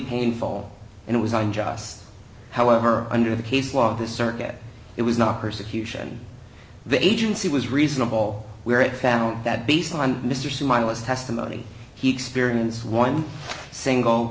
painful and it was unjust however under the case law of this circuit it was not persecution the agency was reasonable where it found that based on mr c majlis testimony he experience one single